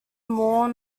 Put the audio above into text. moore